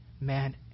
man